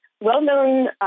well-known